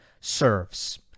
serves